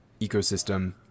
ecosystem